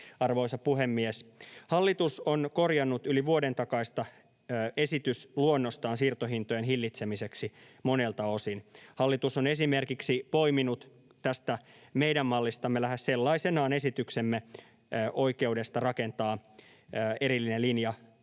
Arvoisa puhemies! Hallitus on korjannut yli vuoden takaista esitysluonnostaan siirtohintojen hillitsemiseksi monelta osin. Hallitus on esimerkiksi poiminut tästä meidän mallistamme lähes sellaisenaan esityksemme oikeudesta rakentaa erillinen linja